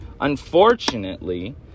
unfortunately